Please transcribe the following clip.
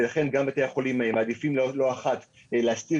ולכן גם בתי החולים מעדיפים לא אחת להסתיר